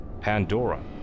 Pandora